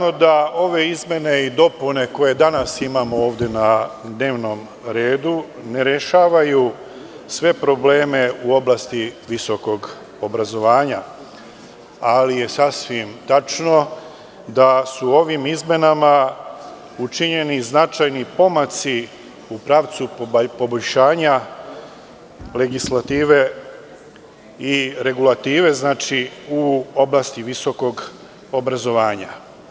Ove izmene i dopune koje danas imamo na dnevnom redu ne rešavaju sve probleme u oblasti visokog obrazovanja, ali je sasvim tačno da su ovim izmenama učinjeni značajni pomaci u pravcu poboljšanja legislative i regulative u oblasti visokog obrazovanja.